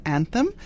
Anthem